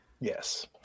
Yes